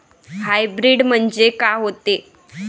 Hybrid म्हनजे का होते?